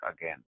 again